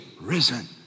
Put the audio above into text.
risen